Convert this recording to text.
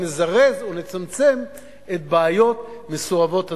נזרז ונצמצם את בעיות מסורבות הגט,